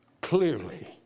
clearly